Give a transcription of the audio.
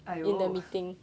!aiyo!